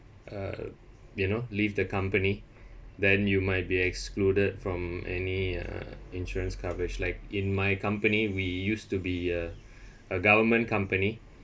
uh you know leave the company then you might be excluded from any uh insurance coverage like in my company we used to be a a government company